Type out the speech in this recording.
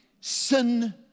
Sin